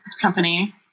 company